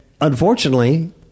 unfortunately